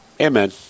Amen